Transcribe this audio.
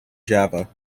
java